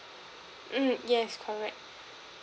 mm yes correct